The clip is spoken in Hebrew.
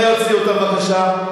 בבקשה.